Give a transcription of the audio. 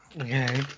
Okay